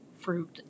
fruit